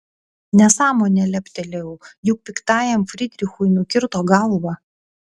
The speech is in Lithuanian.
nesąmonė leptelėjau juk piktajam frydrichui nukirto galvą